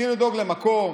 צריכים לדאוג למקום,